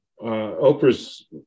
Oprah's